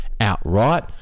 outright